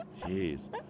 Jeez